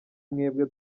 mwebwe